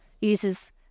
uses